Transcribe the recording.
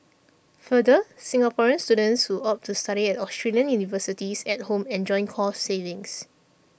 further Singaporean students who opt to study at Australian universities at home enjoy cost savings